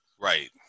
Right